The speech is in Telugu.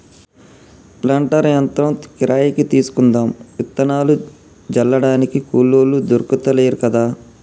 ప్లాంటర్ యంత్రం కిరాయికి తీసుకుందాం విత్తనాలు జల్లడానికి కూలోళ్లు దొర్కుతలేరు కదా